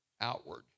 outward